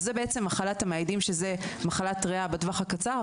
אז זו בעצם מחלת המאיידים שזו מחלת ריאה בטווח הקצר,